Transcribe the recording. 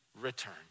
return